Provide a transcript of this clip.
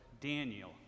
Daniel